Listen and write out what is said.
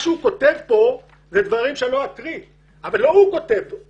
אני לא אקריא מה שהוא כותב פה אבל לא הוא כותב פה.